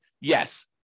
yes